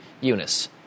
Eunice